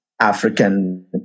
African